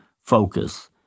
focus